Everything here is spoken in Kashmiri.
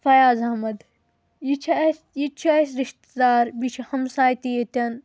فیاض احمد یہِ چھُ اَسہِ یہِ تہِ چھُ اَسہِ رشتہٕ دار بیٚیہِ چھُ ہمساے تہِ ییٚتٮ۪ن